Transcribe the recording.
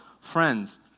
friends